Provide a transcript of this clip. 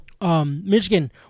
Michigan